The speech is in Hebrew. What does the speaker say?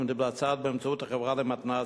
המתבצעת באמצעות החברה למתנ"סים,